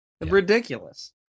Ridiculous